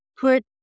put